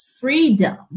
freedom